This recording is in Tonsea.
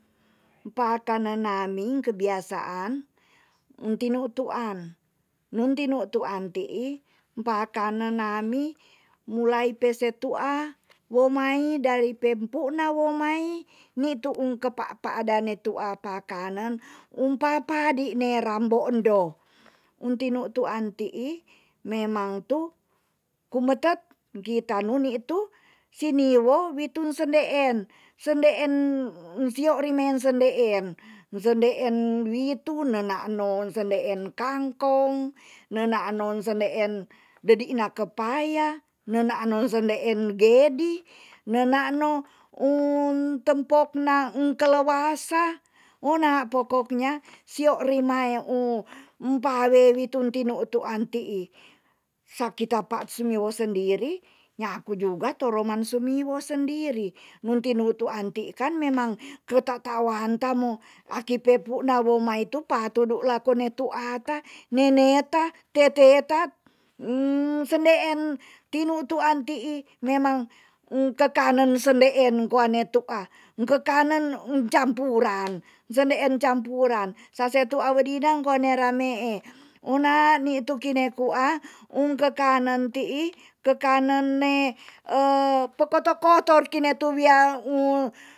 Pakane naning kebiasaan un tinutuan. nun tinutuan tii mpakane nani mulai pese tua wo mai dari pempuna wo mai nitu ung ke papada netu a pakanen um papadi nera mbondo un tinutuan tii memang tu kumetet ngkita nu nitu suni wo witun sendeen sendeen sio rimen sendeen. sendeen witun nenaan non sendeen kangkong nenaan non sendeen dedina kepaya nenaan non sendeen gedi nena no un tempok na ung kelewasa ona pokoknya sio rumae un mpawe witun tinutuan tii saki tapat sumi wo sendiri nyaku juga toro man sumi wo sndiri nun tinutuan ti kan memang ke tatawaan ta mo aki pepuna wo ma itu pa tudu lako netu ata nene tat um sendeen tinutuan tii memang ung kekanen sendeen koa netu a ung kekanen ung campuran. sendeen campuran sasetu awe dinang koa ne ramee ona nitu kine ku a ung kekanen tii kekanen ne pe koto kotor kine tu wia ung